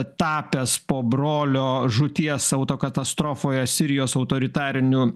tapęs po brolio žūties auto katastrofoje sirijos autoritariniu